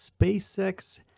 SpaceX